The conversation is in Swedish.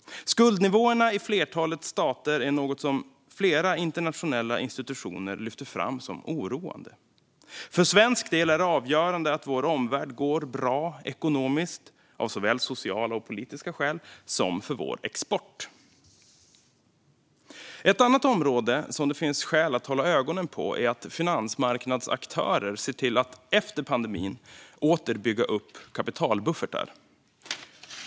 Skuldnivåerna i flertalet stater är något som flera internationella institutioner lyfter fram som oroande. För svensk del är det avgörande att vår omvärld går bra ekonomiskt, såväl av sociala och politiska skäl som för vår export. Ett annat område som det finns skäl att hålla ögonen på är att finansmarknadsaktörer ser till att efter pandemin åter bygga upp kapitalbuffertar.